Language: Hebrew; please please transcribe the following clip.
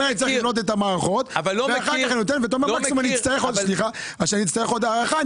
שצריך לבנות את המערכות ואחר כך אתה אומר שאם תצטרך עוד הארכה,